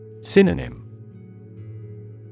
Synonym